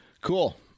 cool